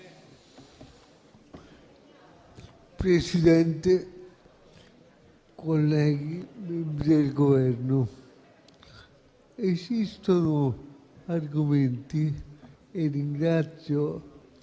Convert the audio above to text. Presidente, colleghi, membri del Governo, esistono argomenti - ringrazio